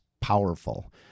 powerful